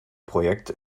projekt